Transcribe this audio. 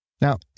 Now